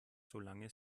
solange